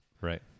Right